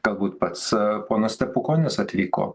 galbūt pats ponas stepukonis atvyko